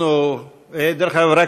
דרך אגב,